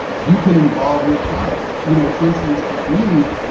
you can involve your child. you know, for instance, with me,